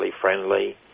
friendly